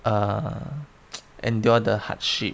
err endure the hardship